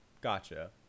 gotcha